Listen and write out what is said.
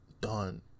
done